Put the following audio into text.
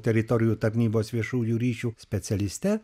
teritorijų tarnybos viešųjų ryšių specialiste